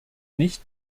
nicht